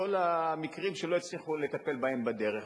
המקרים שלא הצליחו לטפל בהם בדרך,